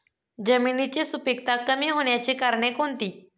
जमिनीची सुपिकता कमी होण्याची कारणे कोणती?